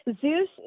Zeus